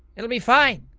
it'll be fine.